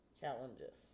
challenges